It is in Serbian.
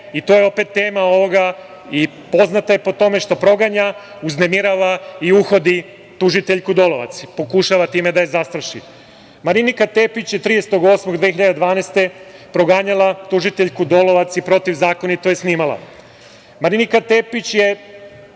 i to je opet tema ovoga, što proganja, uznemirava i uhodi tužiteljku Dolovac, pokušava time da je zastraši. Marinika Tepić je 30. avgusta 2012. godine proganjala tužiteljku Dolovac i protivzakonito je snimala. Marinika Tepić je